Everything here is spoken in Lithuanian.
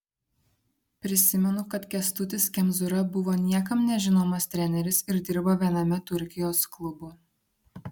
prisimenu kad kęstutis kemzūra buvo niekam nežinomas treneris ir dirbo viename turkijos klubų